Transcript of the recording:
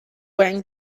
wearing